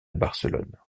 barcelone